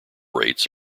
rates